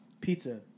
Pizza